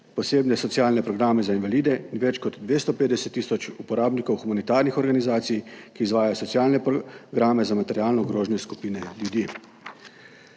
posebne socialne programe za invalide, in več kot 250 tisoč uporabnikov humanitarnih organizacij, ki izvajajo socialne programe za materialno ogrožene skupine ljudi.